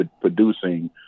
producing